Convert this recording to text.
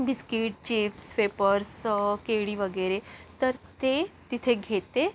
biscuit chips wafers केळी वगैरे तर ते तिथे घेते